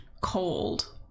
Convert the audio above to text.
cold